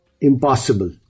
Impossible